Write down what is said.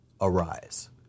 arise